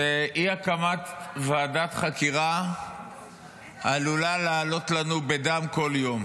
שאי-הקמת ועדת חקירה עלולה לעלות לנו בדם בכל יום.